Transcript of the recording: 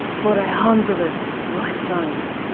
for a hundred lifetimes.